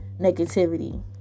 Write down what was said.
negativity